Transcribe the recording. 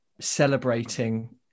celebrating